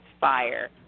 fire